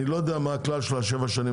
אני לא יודע מה הכלל של השבע שנים,